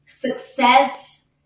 success